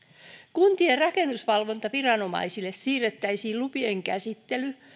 kuntien rakennusvalvontaviranomaisille siirrettäisiin lupien käsittely